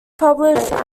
published